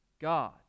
God